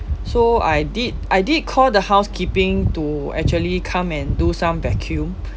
so I did I did call the housekeeping to actually come and do some vacuum